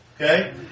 okay